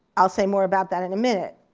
i'll say more about that in a minute.